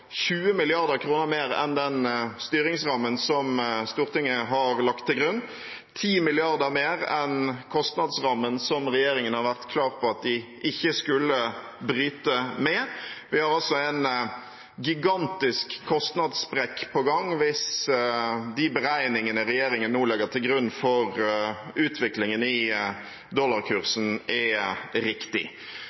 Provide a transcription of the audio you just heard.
20 mrd. kr mer enn den styringsrammen som Stortinget har lagt til grunn, og 10 mrd. kr mer enn kostnadsrammen som regjeringen har vært klar på at de ikke skulle bryte med. Vi har altså en gigantisk kostnadssprekk på gang, hvis de beregningene regjeringen nå legger til grunn for utviklingen i dollarkursen, er